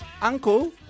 Uncle